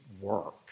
work